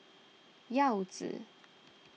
Yao Zi